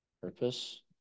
purpose